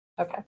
Okay